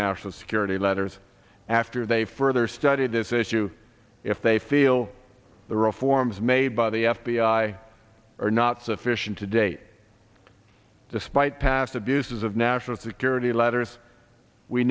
national security letters after they further study this issue if they feel the reforms made by the f b i are not sufficient today despite past abuses of national security letters we